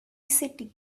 city